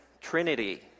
Trinity